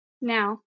now